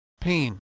pain